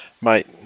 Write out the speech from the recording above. mate